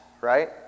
right